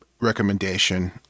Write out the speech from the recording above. recommendation